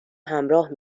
همراه